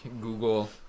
Google